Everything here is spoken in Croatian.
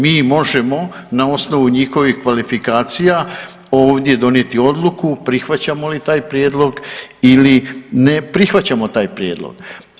Mi možemo na osnovu njihovih kvalifikacija ovdje donijeti odluku prihvaćamo li taj prijedlog ili ne prihvaćamo taj prijedlog.